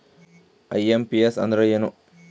IMPS ಅಂದ್ರ ಏನು?